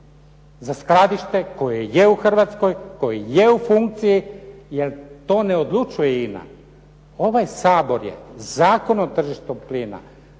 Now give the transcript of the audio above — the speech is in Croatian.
za skladište koje je u Hrvatskoj, koje je u funkciji jer to ne odlučuje INA. Ovaj Sabor je Zakonom tržištu plina,